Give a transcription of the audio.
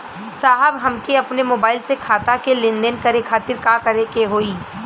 साहब हमके अपने मोबाइल से खाता के लेनदेन करे खातिर का करे के होई?